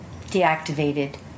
deactivated